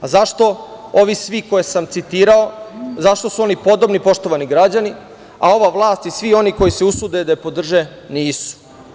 Zašto ovi svi koje sam citirao, zašto su oni podobni poštovani građani, a ova vlast i svi oni koji se usude da je podrže nisu?